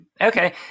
Okay